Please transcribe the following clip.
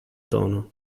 tono